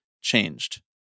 changed